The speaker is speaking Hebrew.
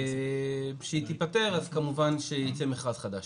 כשהיא תיפתר אז כמובן שייצא מכרז חדש.